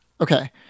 Okay